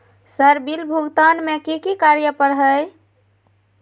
Sir bill भुगतान में की की कार्य पर हहै?